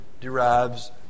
derives